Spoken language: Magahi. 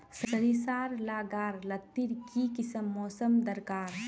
सरिसार ला गार लात्तिर की किसम मौसम दरकार?